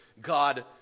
God